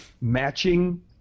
Matching